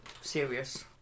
serious